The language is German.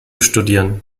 studieren